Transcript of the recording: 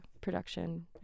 production